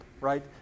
right